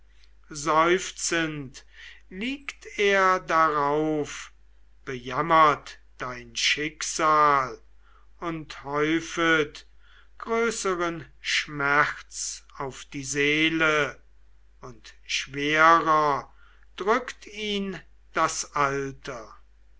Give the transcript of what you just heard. seufzend liegt er darauf bejammert dein schicksal und häufet größeren schmerz auf die seele und schwerer drückt ihn das alter